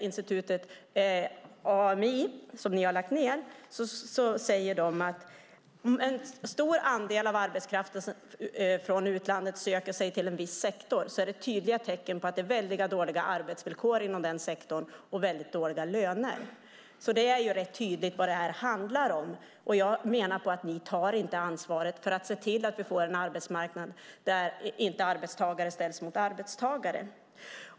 Institutet AMI, som ni har lagt ned, ansåg att om en stor del av arbetskraften från utlandet söker sig till en viss sektor är det ett tydligt tecken på att det är väldigt dåliga arbetsvillkor och löner inom den sektorn. Det är alltså rätt tydligt vad det handlar om. Jag menar att ni inte tar ansvaret för att se till att vi får en arbetsmarknad där inte arbetstagare ställs mot arbetstagare.